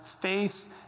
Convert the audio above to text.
faith